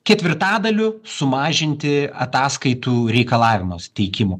ketvirtadaliu sumažinti ataskaitų reikalavimams teikimų